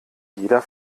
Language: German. jeder